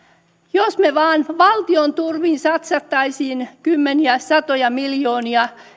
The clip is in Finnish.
jos me vain valtion turvin satsaisimme kymmeniä satoja miljoonia